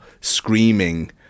screaming